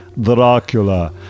Dracula